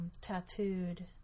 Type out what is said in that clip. tattooed